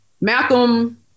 Malcolm